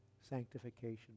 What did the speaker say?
sanctification